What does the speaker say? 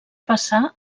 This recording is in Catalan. passà